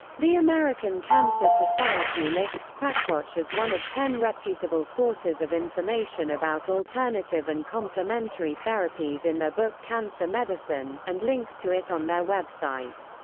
the american cancer society lists quackwatch as one of ten reputable sources of information about alternative and complementary therapies in their book cancer medicine, and links to it on their website.